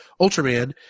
Ultraman